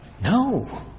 No